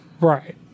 Right